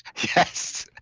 yes.